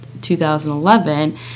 2011